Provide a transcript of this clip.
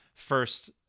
first